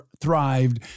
thrived